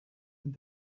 and